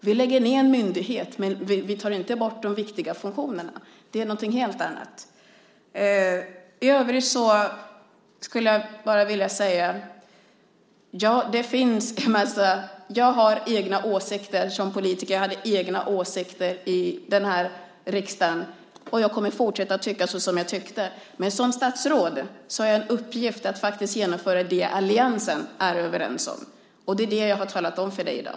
Vi lägger ned en myndighet, men vi tar inte bort de viktiga funktionerna. Det är någonting helt annat. I övrigt skulle jag bara vilja säga att jag som politiker har egna åsikter som jag har framfört i den här riksdagen. Och jag kommer att fortsätta att ha dessa åsikter. Men som statsråd har jag en uppgift att faktiskt genomföra det som alliansen är överens om. Och det är det som jag har talat om för dig i dag.